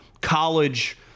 college